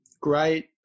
great